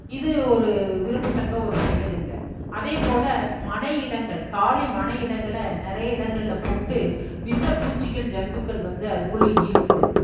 இது ஒரு விரும்பத்தக்க ஒரு செயல் இல்லை அதே போல் மனையிடங்கள் காலி மனையிடங்களில் நிறைய இடங்களில் போட்டு விஷ பூச்சிகள் ஜந்துக்கள் வந்து அதுக்குள்ளே இருக்குது